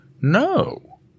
No